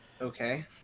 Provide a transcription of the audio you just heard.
Okay